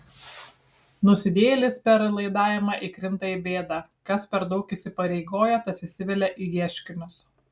nusidėjėlis per laidavimą įkrinta į bėdą kas per daug įsipareigoja tas įsivelia į ieškinius